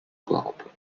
club